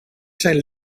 zijn